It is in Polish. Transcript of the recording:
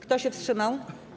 Kto się wstrzymał?